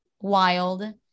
wild